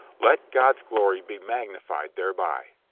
let god's glory be magnified thereby.